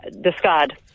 Discard